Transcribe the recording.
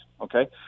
okay